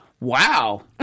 Wow